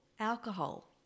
alcohol